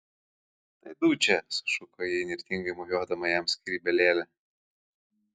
tai dučė sušuko ji įnirtingai mojuodama jam skrybėle